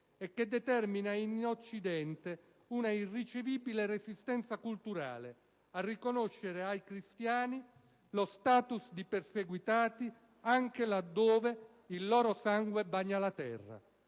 e che determina in Occidente una irricevibile resistenza culturale a riconoscere ai cristiani lo *status* di perseguitati anche laddove il loro sangue bagna la terra.